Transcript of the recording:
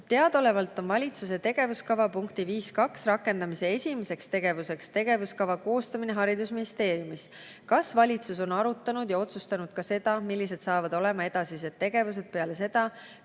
"Teadaolevalt on valitsuse tegevuskava punktis 5.2 rakendamise esimeseks tegevuseks tegevuskava koostamine haridusministeeriumis. Kas valitsus on arutanud ja otsustanud ka seda, millised saavad olema edasised tegevused peale seda,